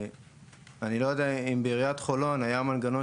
אני לא יודע אם בעיריית חולון היה מנגנון